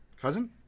Cousin